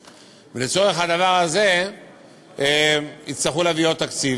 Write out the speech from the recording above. ולצורך הדבר הזה יצטרכו להביא עוד תקציב.